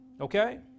Okay